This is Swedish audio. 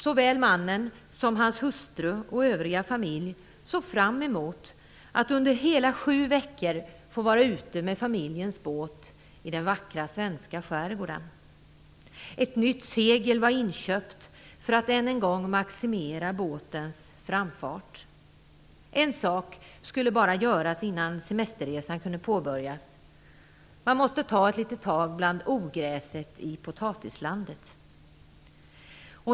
Såväl mannen som hans hustru och övriga familj såg fram emot att under hela sju veckor få vara ute med familjens båt i den vackra svenska skärgården. Ett nytt segel var inköpt för att än en gång maximera båtens framfart. Bara en sak skulle göras innan semesterresan kunde påbörjas: Han måste ta ett litet tag bland ogräset i potatislandet.